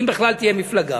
אם בכלל תהיה מפלגה.